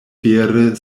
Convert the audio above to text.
vere